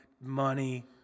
money